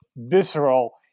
visceral